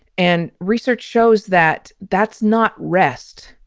and research shows that that's not rest.